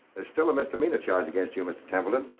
there's still a misdemeanor charge against you, mr. templeton.